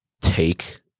take